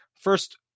first